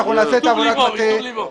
אנחנו נעשה את עבודת המטה --- ממש מטוב לבו.